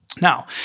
Now